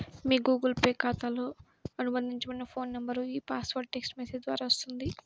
మీ Google Pay ఖాతాతో అనుబంధించబడిన phone నంబర్కు ఈ పాస్వర్డ్ టెక్ట్స్ మెసేజ్ ద్వారా వస్తుంది